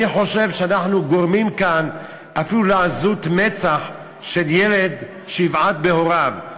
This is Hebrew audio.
אני חושב שאנחנו גורמים כאן אפילו לעזות מצח של ילד שיבעט בהוריו.